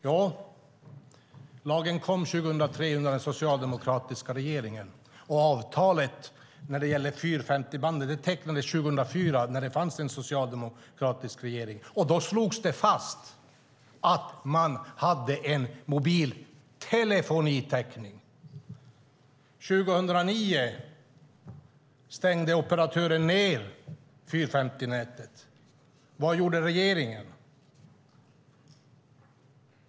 Jo, lagen kom 2003 under den socialdemokratiska regeringen, och avtalet om 450-bandet tecknades 2004 när det var socialdemokratisk regering. Då slogs det fast att man hade en mobil telefoni täckning. År 2009 stängde operatören ned 450-nätet. Vad gjorde då regeringen?